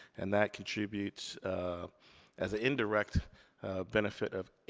and that contributes as an indirect benefit of